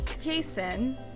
Jason